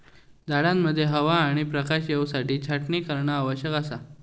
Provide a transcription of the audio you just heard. झाडांमध्ये हवा आणि प्रकाश येवसाठी छाटणी करणा आवश्यक असा